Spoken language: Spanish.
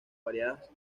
variadas